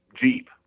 Jeep